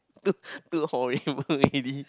look look horrible it is